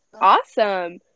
Awesome